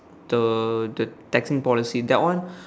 the the taxing policy that one